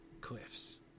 cliffs